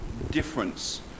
difference